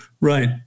Right